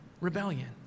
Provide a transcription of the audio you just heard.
rebellion